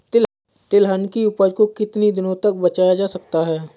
तिलहन की उपज को कितनी दिनों तक बचाया जा सकता है?